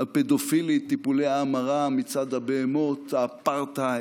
הפדופילית, טיפולי ההמרה, מצעד הבהמות, האפרטהייד?